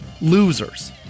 losers